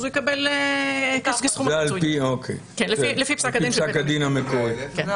הוא יקבל כסכום הפיצוי לפי פסק הדין של בית המשפט.